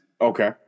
Okay